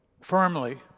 firmly